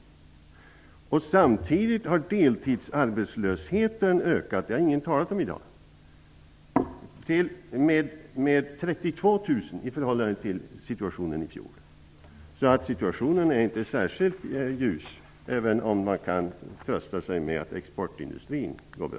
Samtidigt har dessutom antalet deltidsarbetslösa ökat med 32 000 i förhållande till situationen i fjol, vilket ingen har talat om i dag. Situationen är alltså inte särskilt ljus, även om man kan trösta sig med att exportindustrin går bra.